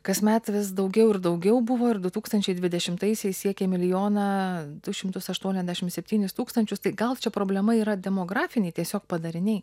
kasmet vis daugiau ir daugiau buvo ir du tūkstančiai dvidešimtaisiais siekė milijoną du šimtus aštuoniasdešim septynis tūkstančius tai gal čia problema yra demografiniai tiesiog padariniai